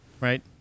right